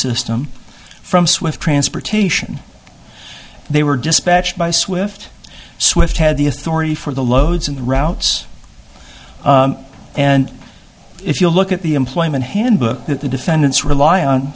system from swift transportation they were dispatched by swift swift had the authority for the loads and routes and if you look at the employment handbook that the defendants rely on